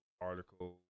article